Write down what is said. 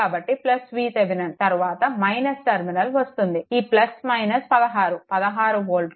కాబట్టి VThevenin తరువాత - terminal వస్తుంది ఈ 16 16 వోల్ట్